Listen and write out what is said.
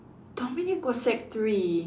Dominique was sec three